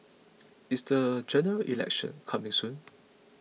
is the General Election coming soon